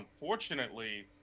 Unfortunately